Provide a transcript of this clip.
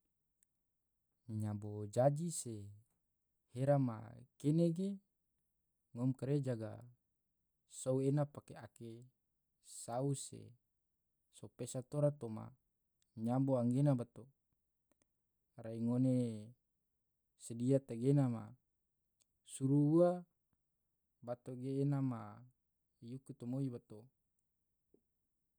nyabo jaji se hera ma kene ge ngom kere jaga sou ena pake ake sahu se so pesa tora toma nyabo anggena bato, rai ngone sodia tegena ma, suruu ua bato gee ne maha yuku tomoi bato.